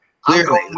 Clearly